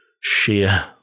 sheer